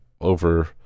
over